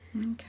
Okay